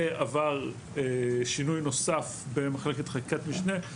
ועבר שינוי נוסף במחלקת חקיקת משנה,